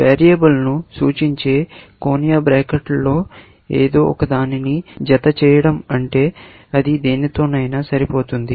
వేరియబుల్ను సూచించే కోణీయ బ్రాకెట్లలో ఏదో ఒకదానిని జతచేయడం అంటే అది దేనితోనైనా సరిపోతుంది